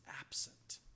absent